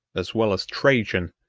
as well as trajan,